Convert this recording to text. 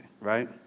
right